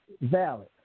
valid